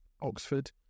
Oxford